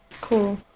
Cool